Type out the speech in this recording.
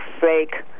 fake